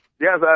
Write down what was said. Yes